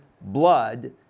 blood